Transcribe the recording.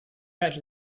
had